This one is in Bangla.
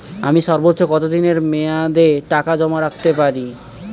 আমি সর্বোচ্চ কতদিনের মেয়াদে টাকা জমা রাখতে পারি?